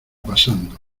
pasando